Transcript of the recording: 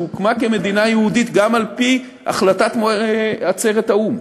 שהוקמה כמדינה יהודית גם על-פי החלטת עצרת האו"ם,